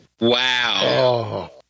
Wow